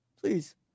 Please